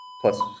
Plus